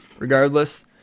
Regardless